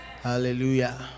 hallelujah